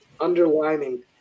underlining